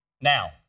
Now